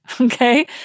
okay